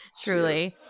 truly